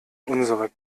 unserer